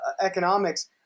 economics